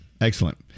Excellent